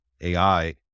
AI